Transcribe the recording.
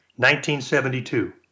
1972